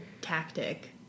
tactic